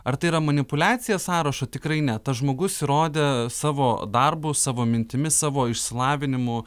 ar tai yra manipuliacija sąrašo tikrai ne tas žmogus įrodė savo darbu savo mintimis savo išsilavinimu